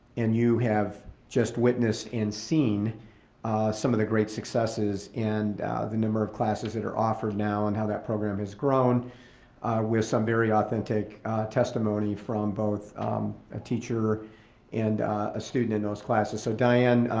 and you have just witnessed and seen some of the great successes in the number of classes that are offered now and how that program has grown with some very authentic testimony from both a teacher and a student in those classes. so diane,